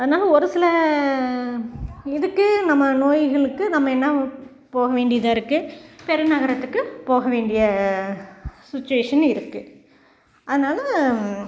அதனால் ஒரு சில இதுக்கு நம்ம நோய்களுக்கு நம்ம என்ன போக வேண்டியதாக இருக்குது பெரு நகரத்துக்கு போக வேண்டிய சுச்சுவேஷன் இருக்குது அதனால்